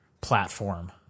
platform